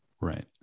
Right